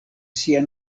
sia